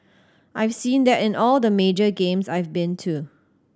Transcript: I've seen that in all the major games I've been too